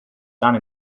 done